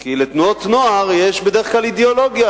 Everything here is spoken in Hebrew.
כי לתנועות נוער יש בדרך כלל אידיאולוגיה,